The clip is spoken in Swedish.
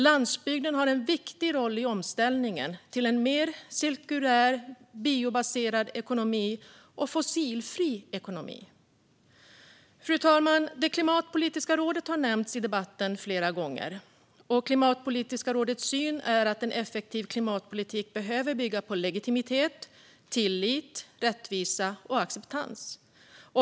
Landsbygden har en viktig roll i omställningen till en mer cirkulär, biobaserad och fossilfri ekonomi. Fru talman! Klimatpolitiska rådet har nämnts i debatten flera gånger. Rådets syn är att en effektiv klimatpolitik behöver bygga på legitimitet, tillit, rättvisa och acceptans.